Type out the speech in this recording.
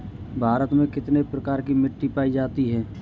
भारत में कितने प्रकार की मिट्टी पाई जाती है?